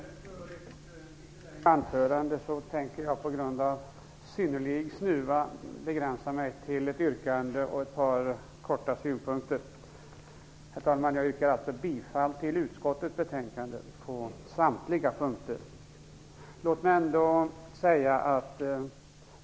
Herr talman! I stället för att hålla ett litet längre anförande tänker jag på grund av en synnerligen besvärande snuva begränsa mig till ett yrkande och helt kort till ett par synpunkter. Jag yrkar alltså bifall till utskottets hemställan i betänkandet på samtliga punkter.